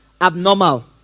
abnormal